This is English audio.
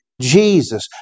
Jesus